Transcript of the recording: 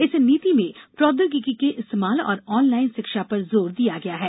इस नीति में प्रोद्योगिक के इस्तेमाल और ऑनलाइन शिक्षा पर जोर दिया गया है